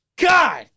God